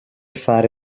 fare